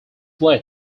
led